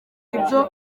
ibyo